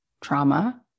trauma